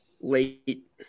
late